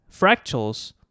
Fractals